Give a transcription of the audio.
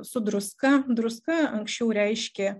su druska druska anksčiau reiškė